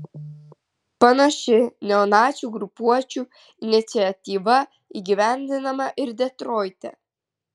panaši neonacių grupuočių iniciatyva įgyvendinama ir detroite